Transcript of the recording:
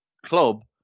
club